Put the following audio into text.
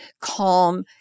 calm